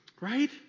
right